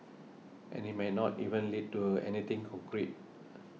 and it might not even lead to anything concrete